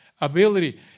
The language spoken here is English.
ability